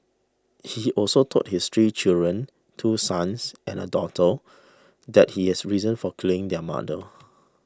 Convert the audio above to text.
he also told his three children two sons and a daughter that he has reasons for killing their mother